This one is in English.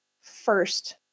first